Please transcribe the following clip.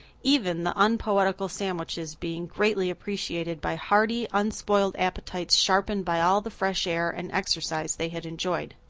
even the unpoetical sandwiches being greatly appreciated by hearty, unspoiled appetites sharpened by all the fresh air and exercise they had enjoyed.